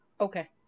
Okay